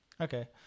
Okay